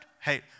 hey